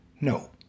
No